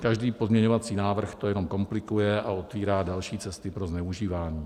Každý pozměňovací návrh to jenom komplikuje a otevírá další cesty pro zneužívání.